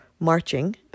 marching